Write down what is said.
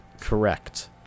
correct